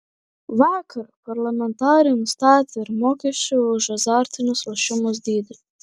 vakar parlamentarai nustatė ir mokesčių už azartinius lošimus dydį